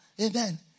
amen